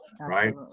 Right